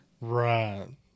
Right